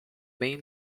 main